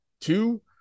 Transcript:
two